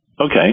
Okay